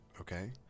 okay